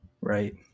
right